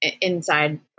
inside